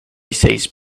says